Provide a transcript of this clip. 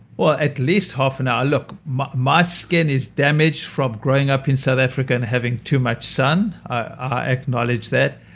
well, at least half an hour. look, my my skin is damaged from growing up in south africa and having too much sun. i acknowledge that.